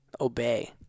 obey